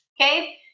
Okay